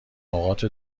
نقاط